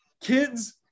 kids